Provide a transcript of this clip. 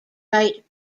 right